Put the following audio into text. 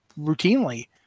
routinely